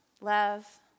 love